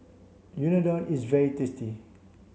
Unadon is very tasty